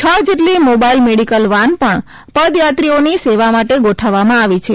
છ જેટલી mobile medical van પણ પદયાત્રીઓની સેવા માટે ગોઠવવામાં આવી છે